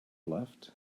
left